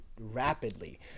rapidly